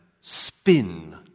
spin